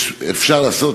אפשר לעשות,